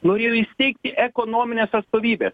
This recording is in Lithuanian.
norėjo įsteigti ekonomines atstovybes